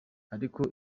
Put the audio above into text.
ariko